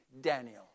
Daniel